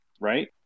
right